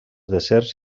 deserts